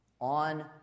on